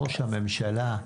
ראש הממשלה.